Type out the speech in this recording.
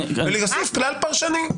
להוסיף כלל פרשני.